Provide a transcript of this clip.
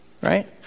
right